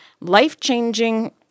life-changing